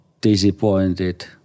disappointed